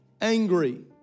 angry